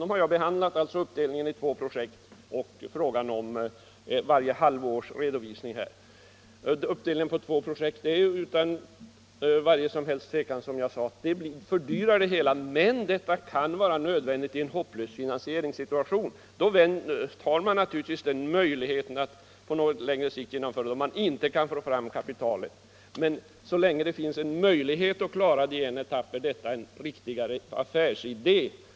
Jag har behandlat uppdelningen i två projekt och frågan om redovisning varje halvår. Uppdelningen i två projekt fördyrar utan tvivel det hela, men det kan vara nödvändigt i en hopplös finansieringssituation. När man inte kan få fram kapital, begagnar man naturligtvis den möjligheten. Men så länge det finns en chans att klara projektet i en etapp, är det en riktigare affärsidé.